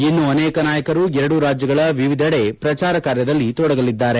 ಇನ್ನೂ ಅನೇಕ ನಾಯಕರು ಎರಡೂ ರಾಜ್ಲಗಳ ವಿವಿಧೆಡೆ ಪ್ರಚಾರ ಕಾರ್ಯದಲ್ಲಿ ತೊಡಗಲಿದ್ದಾರೆ